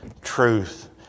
truth